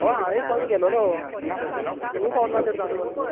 हय हांव एक पावटी गेल्लो तूं पावलो ना तर थंय